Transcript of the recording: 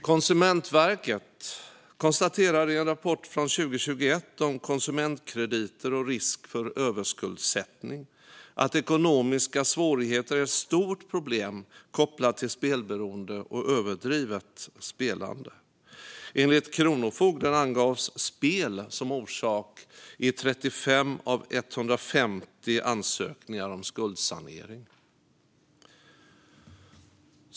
Konsumentverket konstaterar i en rapport från 2021 om konsumentkrediter och risk för överskuldsättning att ekonomiska svårigheter är ett stort problem kopplat till spelberoende och överdrivet spelande. Enligt Kronofogden angavs spel som orsak i 35 av 150 ansökningar om skuldsanering.